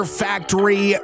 factory